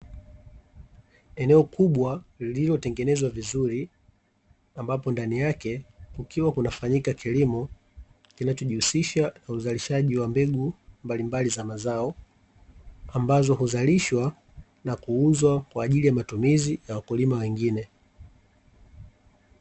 Eneo kubwa lililotengenezwa vizuri, ambapo ndani yake kukiwa kunafanyika kilimo, kinachojihusisha na uzalishaji wa mbegu mbalimbali za mazao, ambazo huzalishwa na kuuzwa kwaajili ya matumizi ya wakulima wengine.